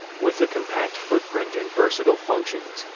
with a compact footprint and versatile functions,